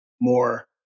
more